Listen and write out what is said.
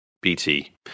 BT